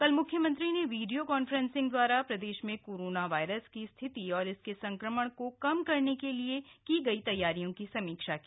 कल म्ख्यमंत्री ने वीडियो कॉन्फ्रेंसिंग द्वारा प्रदेश में कोरोना वायरस की स्थिति और इसके संक्रमण को कम करने के लिए की गई तैयारियों की समीक्षा की